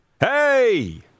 Hey